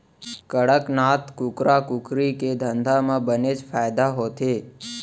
कड़कनाथ कुकरा कुकरी के धंधा म बनेच फायदा होथे